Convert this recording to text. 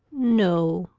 no.